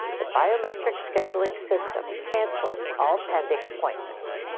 the biometric scheduling system canceled all pending appointments.